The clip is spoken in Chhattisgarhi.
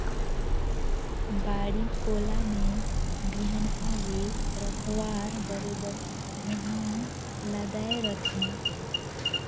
बाड़ी कोला में बिहन्हा ले रखवार बरोबर उहां लदाय रहथे